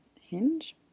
Hinge